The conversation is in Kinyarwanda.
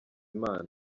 imana